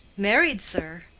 married, sir?